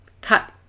cut